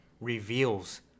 reveals